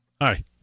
Hi